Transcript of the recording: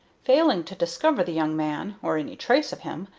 failing to discover the young man, or any trace of him,